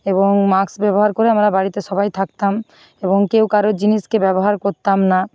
এবং মাস্ক ব্যবহার করে আমরা বাড়িতে সবাই থাকতাম এবং কেউ কারোর জিনিসকে ব্যবহার করতাম না